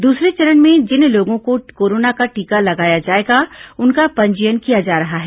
दूसरे चरण में जिन लोगों को कोरोना का टीका लगाया जाएगा उनका पंजीयन किया जा रहा है